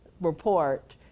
report